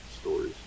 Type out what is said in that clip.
stories